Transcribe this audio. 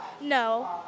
No